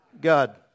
God